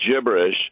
gibberish